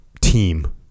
team